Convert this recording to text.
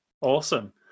Awesome